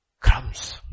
Crumbs